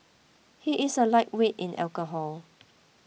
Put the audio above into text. he is a lightweight in alcohol